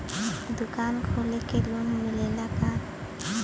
दुकान खोले के लोन मिलेला का?